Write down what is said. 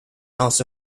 also